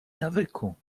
nawyku